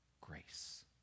grace